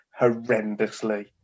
horrendously